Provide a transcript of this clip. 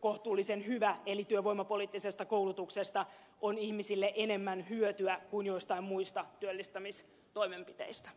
kohtuullisen hyvä eli työvoimapoliittisesta koulutuksesta on ihmisille enemmän hyötyä kuin joistain muista työllistämistoimenpiteistä